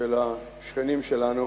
של השכנים שלנו